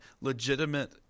legitimate